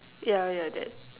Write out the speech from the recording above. ya ya that